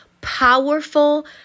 powerful